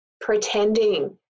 pretending